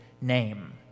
name